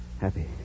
Happy